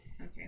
Okay